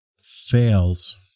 fails